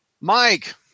Mike